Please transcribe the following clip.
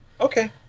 Okay